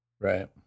Right